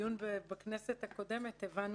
בדיון בכנסת הקודמת, הבנו